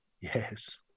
Yes